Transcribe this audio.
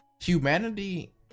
humanity